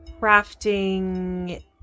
crafting